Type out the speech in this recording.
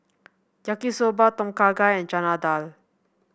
Yaki Soba Tom Kha Gai and Chana Dal